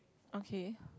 okay